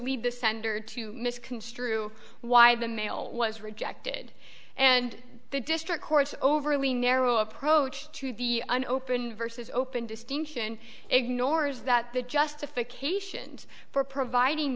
leave the sender to misconstrue why the mail was rejected and the district court overly narrow approach to the an open vs open distinction ignores that the justification for providing